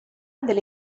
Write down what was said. delle